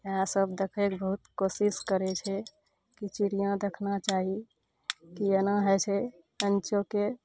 एहए सब देखैके बहुत कोशिश करै छै कि चिड़ियाँ देखना चाही की एना होइ छै अनचोके